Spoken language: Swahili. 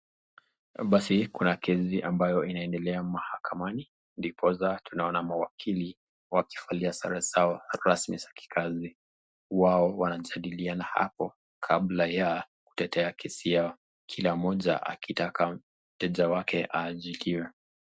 Kuna kesi ambayo inaendelea hapa mahakamani, ndiposa tunaona mawakili, wakivalia sare zao rasmi wao wanajadiliana hapo kabla ya kutetea kesi yao ya kila moja akitaka kesi yake ajadiliwe.